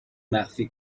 مخفی